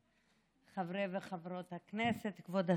חברי וחברות הכנסת, כבוד השר,